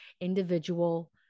individual